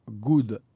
good